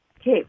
Okay